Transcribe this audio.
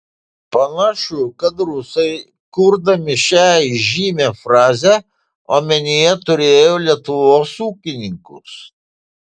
panašu kad rusai kurdami šią įžymią frazę omenyje turėjo lietuvos ūkininkus